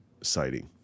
sighting